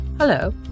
Hello